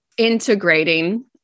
integrating